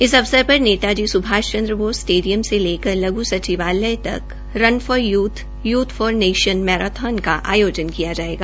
इस अवसर पर नेता जी सुभाष चन्द्र बोस स्टेडियम से लेकर लघ् सचिवालय तक run for youth youth for nation marathon का आयोजन किया जायेगा